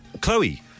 Chloe